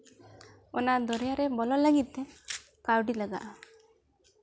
ᱚᱱᱟ ᱫᱚᱨᱭᱟᱨᱮ ᱵᱚᱞᱚᱱ ᱞᱟᱹᱜᱤᱫ ᱛᱮ ᱠᱟᱹᱣᱰᱤ ᱞᱟᱜᱟᱜᱼᱟ